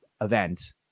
event